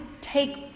take